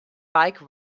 bike